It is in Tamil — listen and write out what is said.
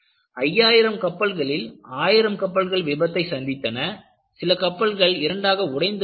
5000 கப்பல்களில் ஆயிரம் கப்பல்கள் விபத்தை சந்தித்தன சில கப்பல்கள் இரண்டாக உடைந்து விட்டன